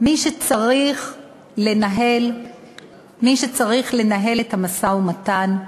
מי שצריך לנהל את המשא-ומתן,